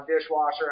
dishwasher